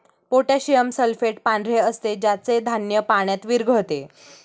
potassium sulphate पांढरे असते ज्याचे धान्य पाण्यात विरघळते